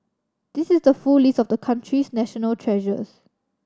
this is the full list of the country's national treasures